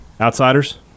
Outsiders